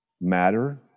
matter